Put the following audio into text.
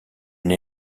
une